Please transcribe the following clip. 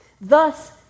Thus